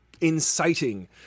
inciting